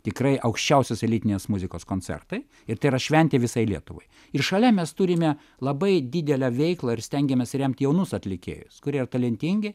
tikrai aukščiausios elitinės muzikos koncertai ir tai yra šventė visai lietuvai ir šalia mes turime labai didelę veiklą ir stengiamės remti jaunus atlikėjus kurie ar talentingi